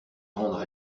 rendre